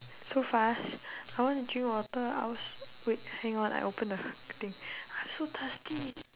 so fast I want to drink water I als~ wait hang on I open the the thing I'm so thirsty eh